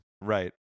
right